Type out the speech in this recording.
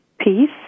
peace